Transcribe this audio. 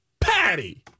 Patty